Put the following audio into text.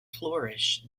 flourished